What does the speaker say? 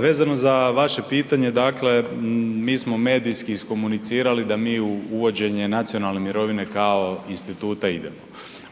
vezano za vaše pitanje dakle mi smo medijski iskomunicirali da mi u uvođenje nacionalne mirovine kao instituta idemo.